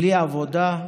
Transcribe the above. בלי עבודה,